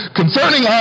concerning